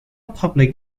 public